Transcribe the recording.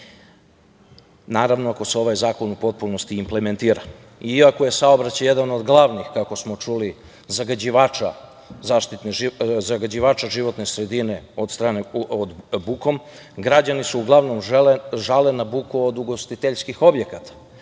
Naravno, ako se ovaj zakon u potpunosti implementira. Iako je saobraćaj jedan od glavnih, kako smo čuli, zagađivača životne sredine bukom, građani se uglavnom žale na buku od ugostiteljskih objekata.